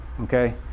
okay